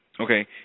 Okay